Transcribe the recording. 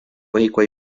hikuái